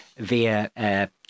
via